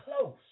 close